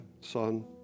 Son